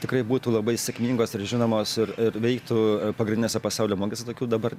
tikrai būtų labai sėkmingos ir žinomos ir ir veiktų pagrindinėse pasaulio mugėse tokių dabar